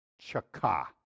chaka